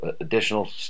additional